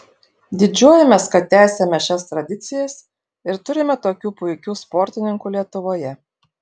didžiuojamės kad tęsiame šias tradicijas ir turime tokių puikių sportininkų lietuvoje